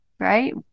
right